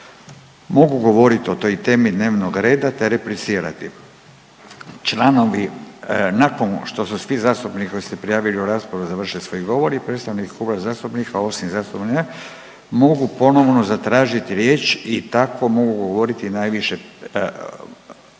mogu govorit o toj temi dnevnog reda, te replicirati. Članovi nakon što su svi zastupnici koji su se prijavili u raspravi završili svoj govor i predstavnik kluba zastupnika osim zastupnika mogu ponovno zatražit riječ i tako mogu govoriti najviše, nakon